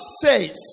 says